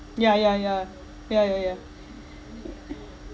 ya ya ya ya ya ya